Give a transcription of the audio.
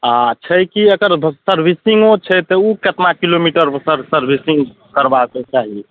आओर छै कि एकर सर्विसिन्गो छै तऽ ओ कतना किलोमीटरपर सर्विसिन्ग करबाके चाही